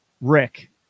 Rick